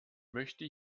möchte